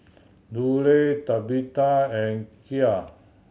Lulie Tabitha and Kiel